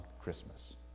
Christmas